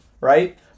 right